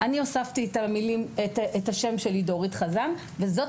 אני הוספתי את השם שלי דורית חזן: "וזאת